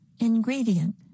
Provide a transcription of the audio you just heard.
Ingredient